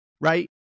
right